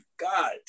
God